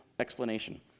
explanation